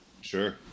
Sure